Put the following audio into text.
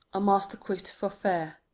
a master quit, for fear,